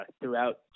throughout